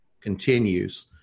continues